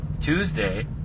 Tuesday